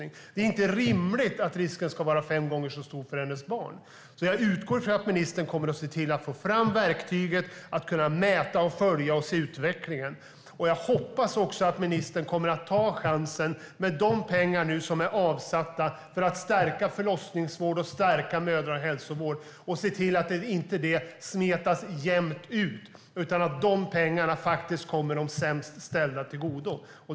Det är inte rimligt att risken att dö ska vara fem gånger så stor för hennes barn. Jag utgår från att ministern kommer att se till att få fram verktyget för att kunna mäta, följa och se utvecklingen. Jag hoppas också att ministern kommer att ta chansen att se till att de pengar som nu är avsatta för att stärka förlossningsvård och mödrahälsovård inte smetas ut jämnt utan faktiskt kommer de sämst ställda till godo.